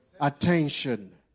attention